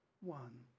one